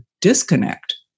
disconnect